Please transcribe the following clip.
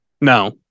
no